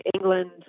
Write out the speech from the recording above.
England